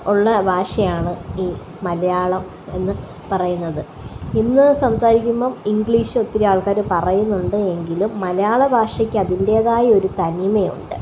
ഉള്ള ഭാഷയാണ് ഈ മലയാളം എന്ന് പറയുന്നത് ഇന്ന് സംസാരിക്കുമ്പോള് ഇംഗ്ലീഷ് ഒത്തിരി ആള്ക്കാര് പറയുന്നുണ്ട് എങ്കിലും മലയാള ഭാഷയ്ക്ക് അതിന്റേതായ ഒരു തനിമയുണ്ട്